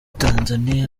tanzania